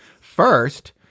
first